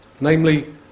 Namely